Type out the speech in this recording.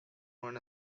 known